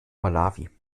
malawi